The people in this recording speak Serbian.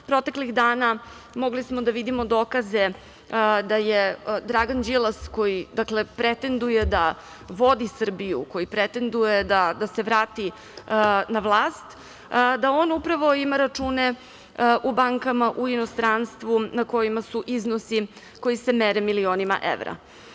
Proteklih dana mogli smo da vidimo dokaze da je Dragan Đilas koji pretenduje da vodi Srbiju, koji pretenduje da se vrati na vlast, da on upravo ima račune u bankama u inostranstvu na kojima su iznosi koji se mere milionima evra.